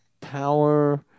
power